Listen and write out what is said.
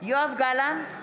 יואב גלנט,